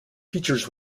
features